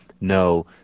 no